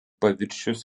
paviršius